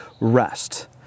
rest